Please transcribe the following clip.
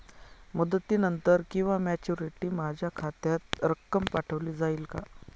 मुदतीनंतर किंवा मॅच्युरिटी माझ्या खात्यात रक्कम पाठवली जाईल का?